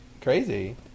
crazy